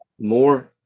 More